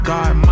God